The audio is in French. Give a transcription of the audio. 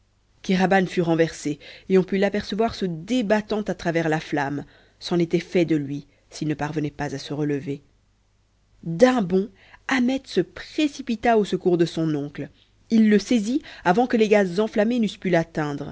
kéraban fut renversé et on put l'apercevoir se débattant à travers la flamme c'en était fait de lui s'il ne parvenait pas à se relever d'un bond ahmet se précipita au secours de son oncle il le saisit avant que les gaz enflammés n'eussent pu l'atteindre